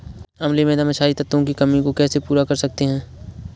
अम्लीय मृदा में क्षारीए तत्वों की कमी को कैसे पूरा कर सकते हैं?